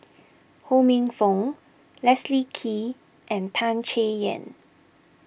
Ho Minfong Leslie Kee and Tan Chay Yan